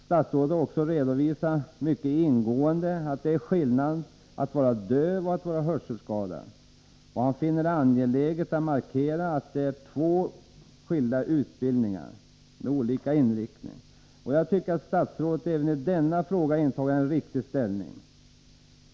Statsrådet har också mycket ingående redovisat att det är skillnad mellan att vara döv och att vara hörselskadad och finner det angeläget att markera att det är två skilda utbildningar med olika inriktning. Jag tycker att statsrådet även i denna fråga intar en riktig ställning.